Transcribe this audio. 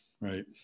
right